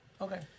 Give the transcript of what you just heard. Okay